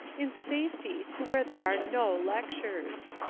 in safety to where there are no lectures.